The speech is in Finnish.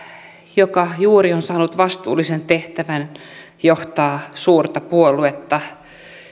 joka juuri on saanut vastuullisen tehtävän johtaa suurta puoluetta